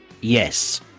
Yes